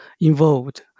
involved